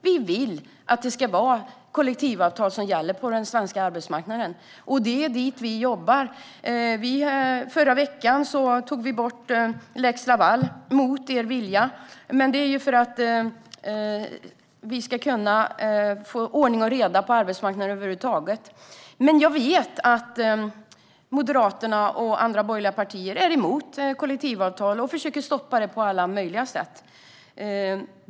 Vi vill att kollektivavtal ska gälla på den svenska arbetsmarknaden. Det är ditåt vi jobbar. Förra veckan avskaffades lex Laval, mot er vilja. På så sätt blir det över huvud taget ordning och reda på arbetsmarknaden. Jag vet att Moderaterna och andra borgerliga partier är emot kollektivavtal och försöker stoppa dem på alla möjliga sätt.